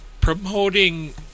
promoting